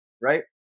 right